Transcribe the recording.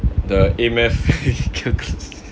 the A math